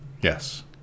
Yes